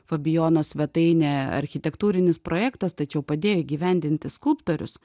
fabijono svetainė architektūrinis projektas tačiau padėjo įgyvendinti skulptorius